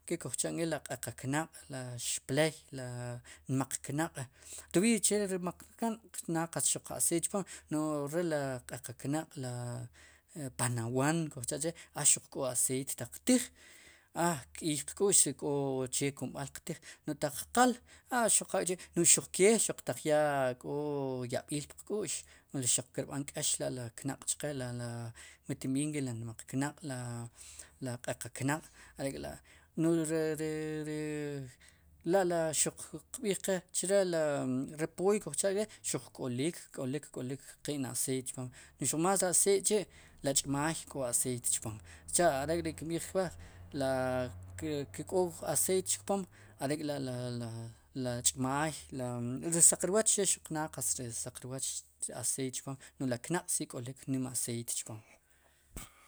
Kke kuj cha'nk'i ri q'eqa knaq' la xpley, la nmaq knaq' tob'iiyche ri nmaq knaq' naad xuq aceit chpom no'j re li q'eqa knaq' le panaguan kuj cha' che' a xuq k'o aceite taq qtiij a kk'iiy qk'u'xk'o che kumb'al qtij no'j taq qal a xuq qal k'chi' no'j xuq kee xuq taq yaa k'o yab'iil puq k'u'x xaq kirb'an k'eex la' le knaq' chqe la mi timb'iij nk'i la nmaq knaq', la q'eqa knq' are' k'la' no'j ri, ri ri la' li xuq qb'iij qe chre li pooy kujcha'qe xuq k'olik, k'olik qe'n aceite chpom no'j xuq más acite k'chi' la ch'maay k'o aceite chpom are' k'ri' kinb'iij wa' la ke k'o aceite chpom are'k'la' la la ch'maay la saq rwooch xuq naad ri saq rwoch naad aceite chpom no'j li knaq' si k'olik nim aceite chpom.